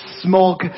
smog